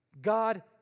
God